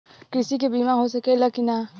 कृषि के बिमा हो सकला की ना?